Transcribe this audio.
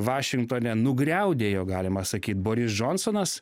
vašingtone nugriaudėjo galima sakyt boris džonsonas